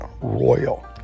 Royal